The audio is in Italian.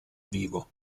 vivo